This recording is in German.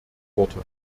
worte